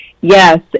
Yes